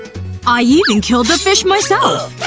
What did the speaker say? i even killed the fish myself.